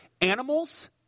Animals